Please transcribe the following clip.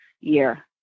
year